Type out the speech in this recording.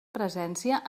presència